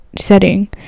setting